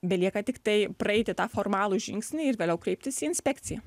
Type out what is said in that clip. belieka tiktai praeiti tą formalų žingsnį ir vėliau kreiptis į inspekciją